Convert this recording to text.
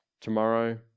Tomorrow